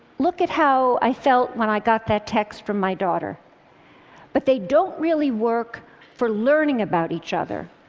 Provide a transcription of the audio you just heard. look at how i felt when i got that text from my daughter but they don't really work for learning about each other,